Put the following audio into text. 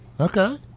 Okay